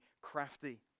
crafty